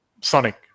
Sonic